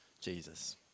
Jesus